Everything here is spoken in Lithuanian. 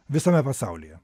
visame pasaulyje